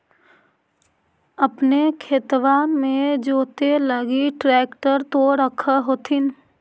अपने खेतबा मे जोते लगी ट्रेक्टर तो रख होथिन?